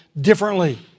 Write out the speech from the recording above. differently